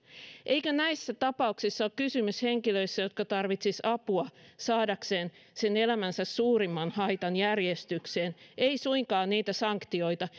eikö näissä tapauksissa ole kysymys henkilöistä jotka tarvitsisivat apua saadakseen sen elämänsä suurimman haitan järjestykseen eivät suinkaan niitä sanktioita